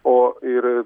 o ir